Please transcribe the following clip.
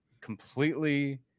completely